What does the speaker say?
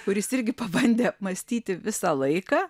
kuris irgi pabandė apmąstyti visą laiką